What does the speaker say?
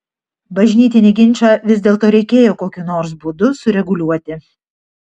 bažnytinį ginčą vis dėlto reikėjo kokiu nors būdu sureguliuoti